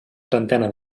trentena